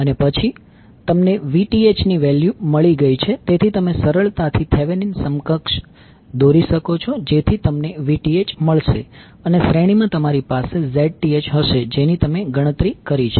અને પછી તમને Vth ની વેલ્યુ મળી ગઈ છે તેથી તમે સરળતાથી થેવેનીન સમકક્ષ દોરો જેથી તમને Vth મળશે અને શ્રેણી માં તમારી પાસે Zth હશે જેની તમે ગણતરી કરી છે